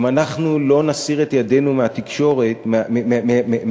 אם אנחנו לא נסיר את ידנו מהתקשורת אנחנו